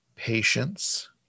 Patience